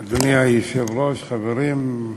אדוני היושב-ראש, חברים,